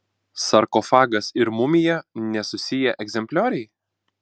sarkofagas ir mumija nesusiję egzemplioriai